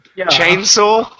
Chainsaw